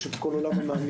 יש את כל עולם המאמנים,